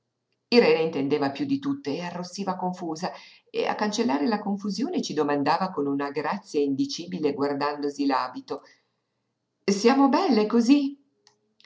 irene intendeva piú di tutte e arrossiva confusa e a cancellare la confusione ci domandava con una grazia indicibile guardandosi l'abito siamo belle cosí